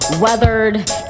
weathered